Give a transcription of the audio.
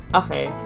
okay